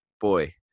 Boy